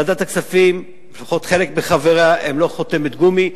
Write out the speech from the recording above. ועדת הכספים, לפחות חלק מחבריה, הם לא חותמת גומי.